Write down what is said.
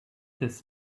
this